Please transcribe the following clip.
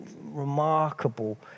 remarkable